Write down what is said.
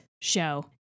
show